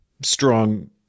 strong